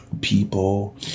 people